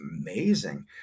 amazing